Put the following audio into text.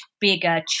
bigger